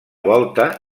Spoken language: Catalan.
volta